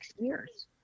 years